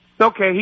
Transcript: Okay